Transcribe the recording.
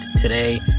today